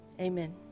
Amen